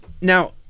now